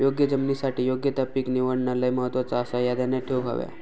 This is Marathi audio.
योग्य जमिनीसाठी योग्य ता पीक निवडणा लय महत्वाचा आसाह्या ध्यानात ठेवूक हव्या